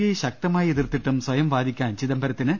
I ശക്തമായി എതിർത്തിട്ടും സ്വയം വാദിക്കാൻ ചിദംബരത്തിന് സി